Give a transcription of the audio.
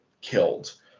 killed